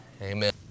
Amen